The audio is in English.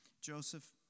Joseph